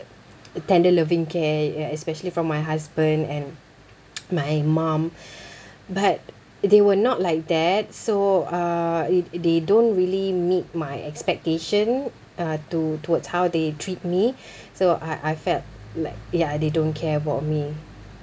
tender loving care ya especially from my husband and my mom but they were not like that so uh if they don't really meet my expectation uh to towards how they treat me so I I felt like ya they don't care about me